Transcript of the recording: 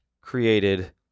created